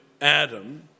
Adam